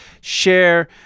share